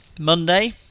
Monday